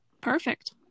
perfect